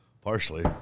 partially